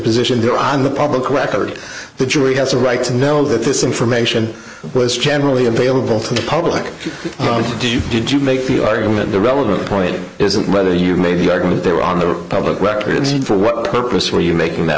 position they're on the public record the jury has a right to know that this information was generally available to the public did you make the argument the relevant point isn't whether you made the argument they were on the public record for what purpose were you making that